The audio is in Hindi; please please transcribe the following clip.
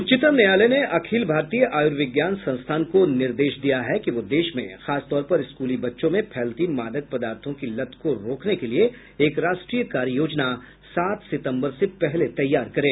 उच्चतम न्यायालय ने अखिल भारतीय आयुर्विज्ञान संस्थान को निर्देश दिया है कि वह देश में खासतौर पर स्कूली बच्चों में फैलती मादक पदार्थों की लत को रोकने के लिए एक राष्ट्रीय कार्य योजना सात सितंबर से पहले तैयार करे